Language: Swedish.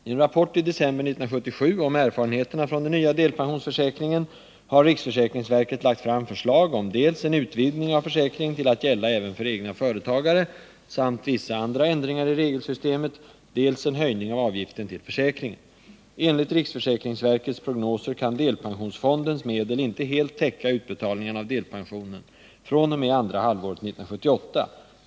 I en rapport i december 1977 om erfarenheterna från den nya delpensionsförsäkringen har riksförsäkringsverket lagt fram förslag om dels utvidgning av försäkringen till att gälla även för egna företagare samt vissa andra ändringar i regelsystemet, dels en höjning av avgiften till försäkringen. Enligt riksförsäkringsverkets prognoser kan delpensionsfondens medel inte helt täcka utbetalningarna av delpensionen fr.o.m. andra halvåret 1978.